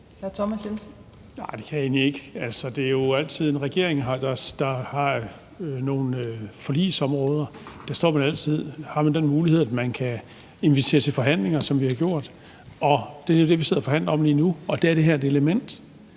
det kan jeg egentlig ikke. Når man i en regering har nogle forligsområder, har man altid den mulighed, at man kan invitere til forhandlinger, som vi har gjort. Det er jo det, vi sidder og forhandler om lige nu, og der er det her et element,